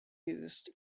used